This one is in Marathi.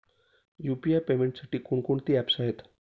यु.पी.आय पेमेंटसाठी कोणकोणती ऍप्स आहेत?